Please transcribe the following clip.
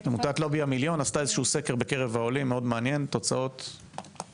עמותת לובי המיליון עשתה סקר מעניין מאוד בקרב העולים.